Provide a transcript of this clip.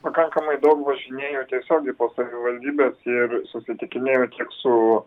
pakankamai daug važinėju tiesiogiai po savivaldybes ir susitikinėju tiek su